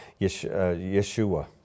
Yeshua